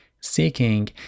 seeking